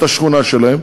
את השכונה שלהם,